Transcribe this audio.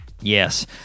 yes